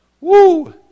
Woo